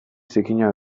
zikina